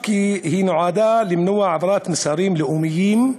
כי היא נועדה למנוע העברת מסרים לאומיים.